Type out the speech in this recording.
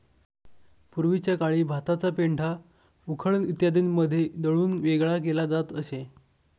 पूर्वीच्या काळी भाताचा पेंढा उखळ इत्यादींमध्ये दळून वेगळा केला जात असे